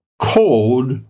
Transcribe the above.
cold